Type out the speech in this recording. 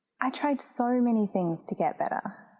i tried to so many things to get better,